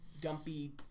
dumpy